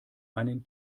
einen